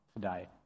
today